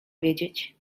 wiedzieć